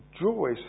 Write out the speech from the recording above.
joy